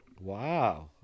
Wow